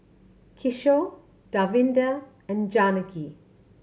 Kishore Davinder and Janaki